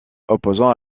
opposant